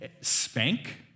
spank